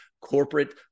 corporate